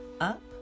up